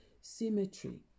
symmetry